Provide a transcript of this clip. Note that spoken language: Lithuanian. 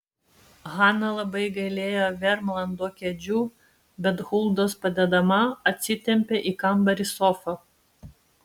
hana labai gailėjo vermlando kėdžių bet huldos padedama atsitempė į kambarį sofą